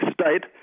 State